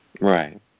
Right